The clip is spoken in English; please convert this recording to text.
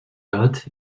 hot